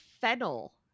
fennel